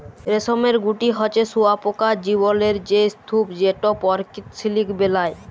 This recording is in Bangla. রেশমের গুটি হছে শুঁয়াপকার জীবলের সে স্তুপ যেট পরকিত সিলিক বেলায়